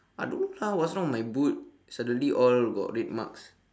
I don't lah what's wrong with my boot suddenly all got red marks